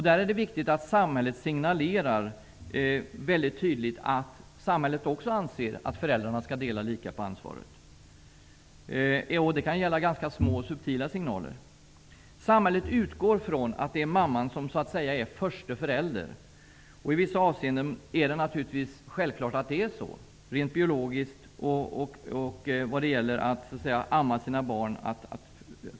Där är det viktigt att samhället tydligt signalerar att samhället också anser att föräldrar skall dela ansvaret lika. Det kan gälla ganska små och subtila signaler. Samhället utgår från att det är mamman som är så att säga förste förälder. I vissa avseenden är det naturligtvis biologiskt självklart att det är så, dvs. i fråga om att föda och amma sina barn.